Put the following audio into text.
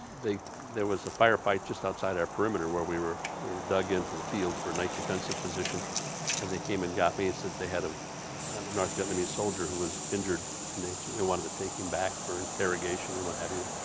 there was a firefight just outside our perimeter where we were we were dug into the field for a night defensive position and they came and got me and said they had a north vietnamese soldier who was injured and they certainly wanted to take him back for interrogation and what have you,